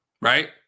Right